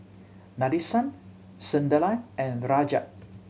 Nadesan Sunderlal and Rajat